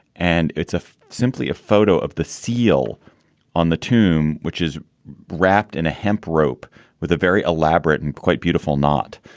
and it's ah simply a photo of the seal on the tomb, which is wrapped in a hemp rope with a very elaborate and quite beautiful knot.